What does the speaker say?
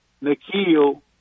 Nikhil